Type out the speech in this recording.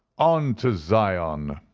on to zion!